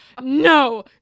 No